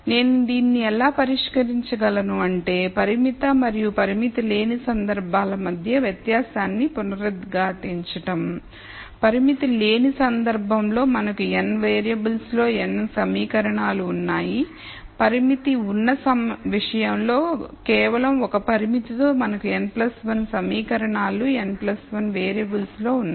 నేను దీనిని ఎలా పరిష్కరించగలను అంటే పరిమిత మరియు పరిమితి లేని సందర్భాల మధ్య వ్యత్యాసాన్ని పునరుద్ఘాటించడం పరిమితి లేని సందర్భంలో మనకు n వేరియబుల్స్లో n సమీకరణాలు ఉన్నాయి పరిమితి ఉన్న విషయంలో కేవలం ఒక పరిమితితో మనకు n 1 సమీకరణాలు n 1 వేరియబుల్స్ లో ఉన్నాయి